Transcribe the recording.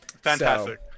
Fantastic